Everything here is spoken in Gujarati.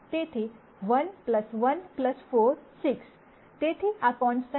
તેથી 1 1 4 6